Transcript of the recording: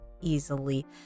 easily